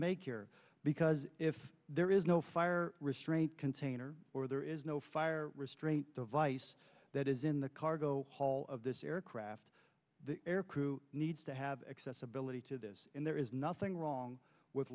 make here because if there is no fire restraint container or there is no fire restraint device that is in the cargo hall of this aircraft aircrew needs to have accessibility to this and there is nothing wrong with